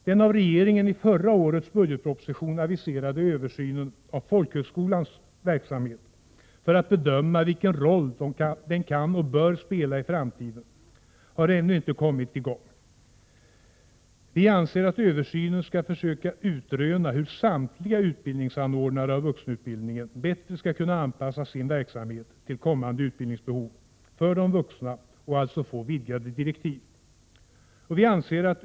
Den av regeringen i förra årets budgetproposition aviserade översynen av folkhögskolans verksamhet för att bedöma vilken roll den kan och bör spela i framtiden, har ännu inte kommit i gång. Vi anser att man i översynen skall försöka utröna hur samtliga utbildningsanordnare av vuxenutbildning bättre skall kunna anpassa sin verksamhet till kommande utbildningsbehov för de vuxna. Man bör alltså få vidgade direktiv för översynen.